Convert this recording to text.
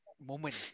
moment